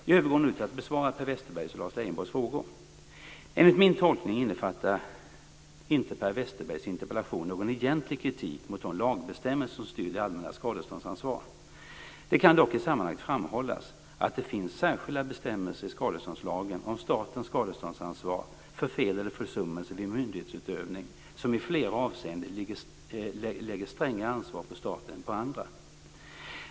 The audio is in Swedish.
Jag övergår nu till att besvara Per Westerbergs och Lars Leijonborgs frågor. Enligt min tolkning innefattar inte Per Westerbergs interpellation någon egentlig kritik mot de lagbestämmelser som styr det allmännas skadeståndsansvar. Det kan dock i sammanhanget framhållas att det finns särskilda bestämmelser i skadeståndslagen om statens skadeståndsansvar för fel eller försummelse vid myndighetsutövning, som i flera avseenden lägger strängare ansvar på staten än på andra.